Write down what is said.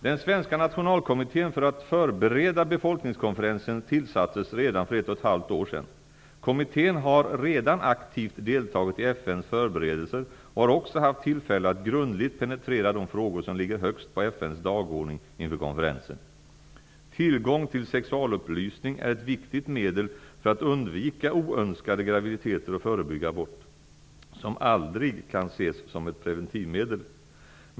Den svenska nationalkommittén för att förbereda befolkningskonferensen tillsattes redan för ett och ett halvt år sedan. Komittén har redan aktivt deltagit i FN:s förberedelser och har också haft tillfälle att grundligt penetrera de frågor som ligger högst på FN:s dagordning inför konferensen. Tillgång till sexualupplysning är ett viktigt medel för att undvika oönskade graviditeter och förebygga abort, som aldrig kan ses som ett preventivmedel.